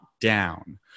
down